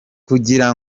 kugira